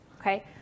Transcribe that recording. Okay